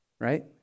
right